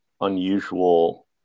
unusual